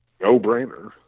no-brainer